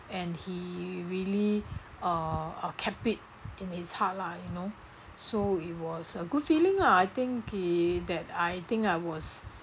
and he really uh uh kept it in his heart lah you know so it was a good feeling lah I think he that I think I was